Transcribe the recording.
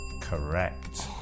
Correct